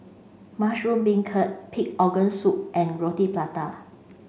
Mushroom Beancurd Pig Organ Soup and Roti Prata